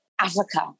Africa